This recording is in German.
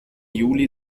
juli